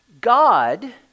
God